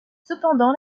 cependant